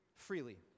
freely